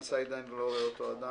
אני לא רואה את דן סידה עדיין.